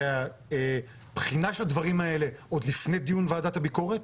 זה בחינה של הדברים האלה עוד לפני דיון ועדת הביקורת,